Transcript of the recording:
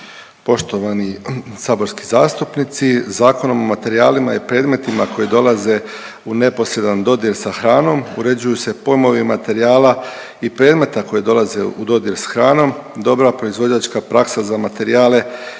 Poštovani saborski zastupnici, Zakonom o materijalima i predmetima koji dolaze u neposredan dodir sa hranom, uređuju se pojmovi materijala i predmeta koji dolaze u dodir s hranom, dobra proizvođačka praksa za materijale